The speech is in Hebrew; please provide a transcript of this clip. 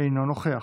אינו נוכח,